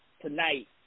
tonight –